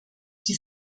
die